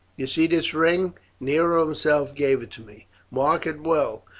you see this ring nero himself gave it me mark it well,